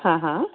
हा हा